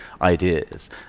ideas